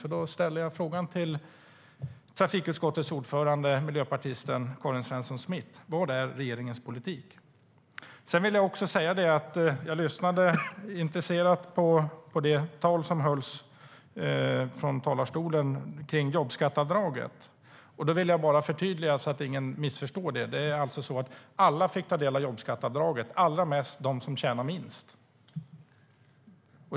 Därför ställer jag frågan till trafikutskottets ordförande miljöpartisten Karin Svensson Smith: Vad är regeringens politik? Jag lyssnade intresserat på det som sas om jobbskatteavdraget i anförandet. Då vill jag bara göra ett förtydligande, så att ingen missförstår det. Alla fick ta del av jobbskatteavdraget, allra mest de som tjänar minst.